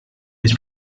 was